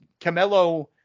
Camelo